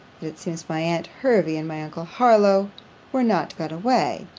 but, it seems, my aunt hervey and my uncle harlowe were not gone away